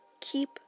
Keep